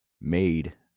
made